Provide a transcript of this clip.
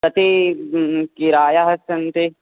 कति किरायः सन्ति